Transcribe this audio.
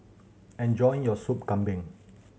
enjoy your Soup Kambing